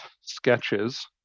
sketches